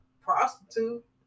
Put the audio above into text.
prostitute